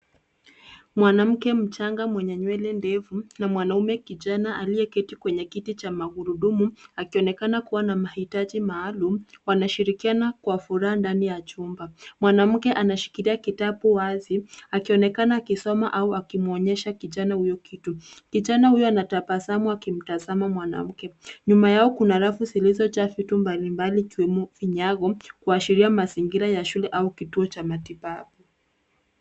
Mwanamke mchanga mwenye nywele ndefu na mwanamume kijana aliyeketi kwenye kiti cha magurudumu akionekana kuwa na mahitaji maalumu wanashirikiana kwa furaha ndani ya chumba. Mwanamke anashikilia kitabu wazi akionekana akisoma au akimwonyesha kijana huyo kitu. Kijana huyo anatabasamu akimtazama mwanamke. Nyuma yao kuna rafu zilizojaa vitu mbalimbali ikiwemo vinyago kuashiria mazingira ya shule au kituo cha matibabu.